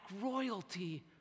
royalty